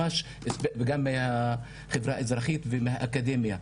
וגם מהחברה האזרחית ומהאקדמיה.